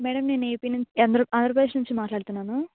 madam నేను AP నుంచి యాంధ్ర ఆంధ్రప్రదేశ్ నుంచి మాట్లాడుతున్నాను